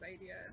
idea